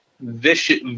vicious